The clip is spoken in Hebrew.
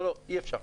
לא, לא, אי אפשר.